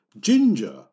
ginger